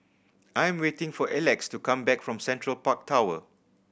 I am waiting for Elex to come back from Central Park Tower